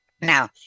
Now